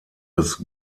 des